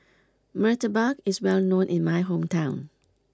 Murtabak is well known in my hometown